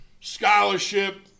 scholarship